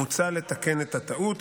מוצע לתקן את הטעות.